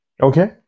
Okay